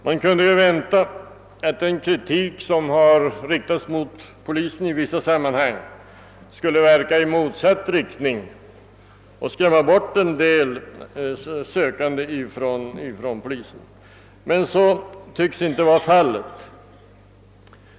Man skulle kunna vänta att den kritik som riktats mot polisen i vissa sammanhang skulle verka i motsatt riktning och skrämma bort en hel del sökande från polisen, men det tycks inte vara fallet.